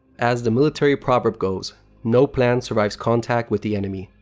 as the military proverb goes no plan survives contact with the enemy,